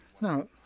Now